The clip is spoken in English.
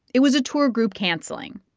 it was a tour group canceling.